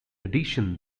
addition